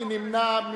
מי נמנע?